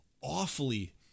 awfully